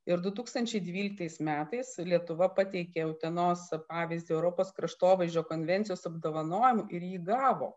ir du tūkstančiai dvyliktais metais lietuva pateikė utenos pavyzdį europos kraštovaizdžio konvencijos apdovanojimų ir įgavo